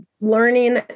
learning